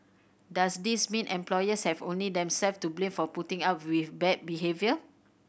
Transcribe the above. does this mean employees have only themselves to blame for putting up with bad behaviour